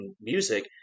music